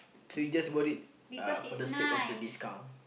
so you just bought it uh for the sake of the discount